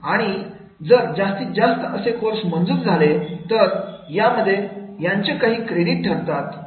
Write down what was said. आणि जर जास्तीत जास्त असे कोर्सेस मंजूर झाले तर यामध्ये याचे काही क्रेडिट ठरतात